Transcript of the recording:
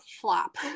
flop